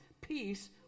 peace